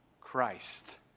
Christ